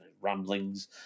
ramblings